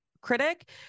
critic